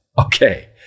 Okay